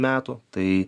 metų tai